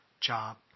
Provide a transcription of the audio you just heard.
job